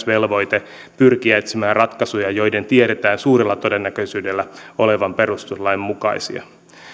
velvoite pyrkiä etsimään ratkaisuja joiden tiedetään suurella todennäköisyydellä olevan perustuslain mukaisia